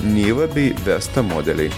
niva bei vesta modeliai